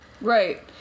Right